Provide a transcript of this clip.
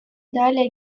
далее